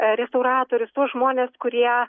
restauratorius tuos žmones kurie